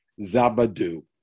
Zabadu